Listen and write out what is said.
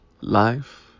Life